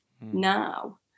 now